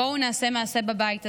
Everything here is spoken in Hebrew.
בואו נעשה מעשה בבית הזה,